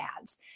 ads